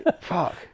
Fuck